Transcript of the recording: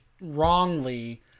wrongly